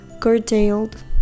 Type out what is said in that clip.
curtailed